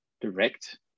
direct